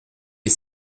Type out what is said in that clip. est